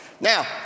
Now